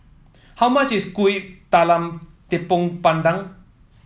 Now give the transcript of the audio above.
how much is Kuih Talam Tepong Pandan